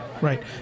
Right